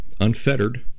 unfettered